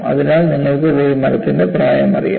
അതിനാൽ നിങ്ങൾക്ക് പോയി മരത്തിന്റെ പ്രായം അറിയാം